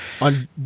on